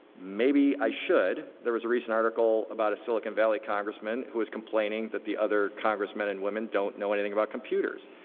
maybe i should. there was a recent article about a silicon valley congressman who was complaining that the other congressmen and women don't know anything about computers.